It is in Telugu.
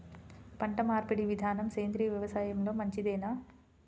పంటమార్పిడి విధానము సేంద్రియ వ్యవసాయంలో మంచిదేనా?